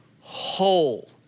whole